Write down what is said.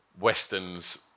Westerns